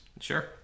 Sure